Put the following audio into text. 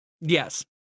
Yes